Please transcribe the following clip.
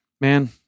Man